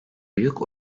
büyük